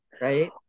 Right